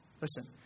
Listen